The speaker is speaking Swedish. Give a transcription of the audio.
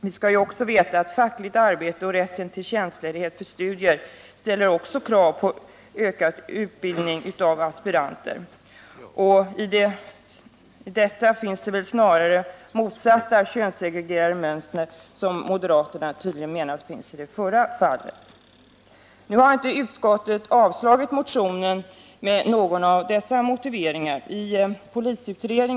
Vi bör också beakta att även fackligt arbete och rätten till tjänstledighet för studier ställer krav på ökad utbildning av aspiranter. I det avseendet kan man emellertid snarare tala om en könssegregering av motsatt slag mot den som enligt moderaternas mening föreligger. Utskottet har emellertid inte avslagit moderaternas motion med någon av de motiveringar som jag här berört.